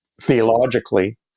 theologically